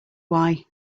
why